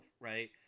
Right